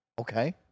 okay